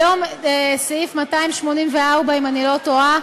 היום סעיף 284, אם אני לא טועה,